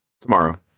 tomorrow